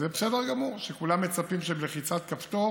וזה בסדר גמור שכולם מצפים שבלחיצת כפתור